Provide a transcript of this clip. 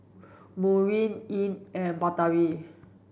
Murni Ain and Batari